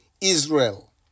Israel